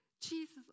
Jesus